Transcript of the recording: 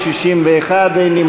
לשנת התקציב 2016,